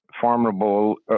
formidable